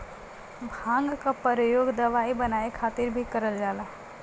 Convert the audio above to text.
भांग क परयोग दवाई बनाये खातिर भीं करल जाला